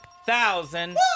Thousand